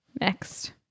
next